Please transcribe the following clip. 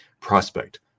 Prospect